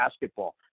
basketball